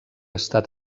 estat